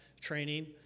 training